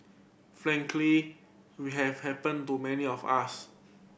frankly we have happened to many of us